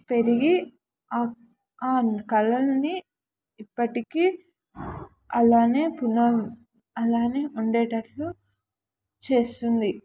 పెరిగి ఆ ఆ కళల్ని ఇప్పటికీ అలానే పునం అలానే ఉండేటట్లు చేస్తుంది